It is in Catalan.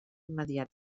immediat